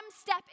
step